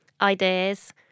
ideas